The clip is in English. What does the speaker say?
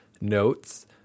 notes